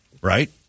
right